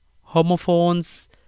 homophones